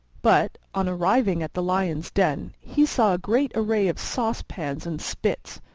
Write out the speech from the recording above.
but, on arriving at the lion's den, he saw a great array of saucepans and spits,